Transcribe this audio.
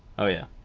oh yeah.